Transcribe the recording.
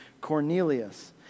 Cornelius